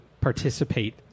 participate